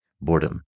Boredom